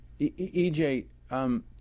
EJ